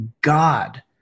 God